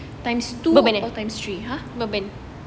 bourbon